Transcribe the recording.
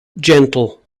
gentle